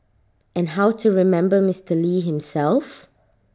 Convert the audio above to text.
and how to remember Mister lee himself